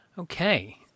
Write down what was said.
Okay